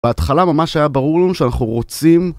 בהתחלה ממש היה ברור לנו שאנחנו רוצים